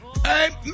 Hey